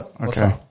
okay